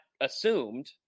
assumed